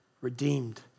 redeemed